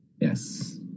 yes